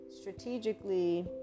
strategically